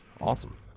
Awesome